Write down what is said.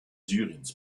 syriens